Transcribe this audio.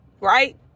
right